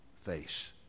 face